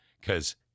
because-